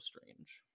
strange